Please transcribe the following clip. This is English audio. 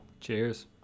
Cheers